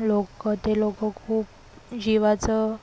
लोकं ते लोकं खूप जीवाचं